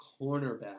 cornerback